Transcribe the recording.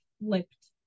flipped